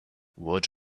what